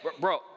bro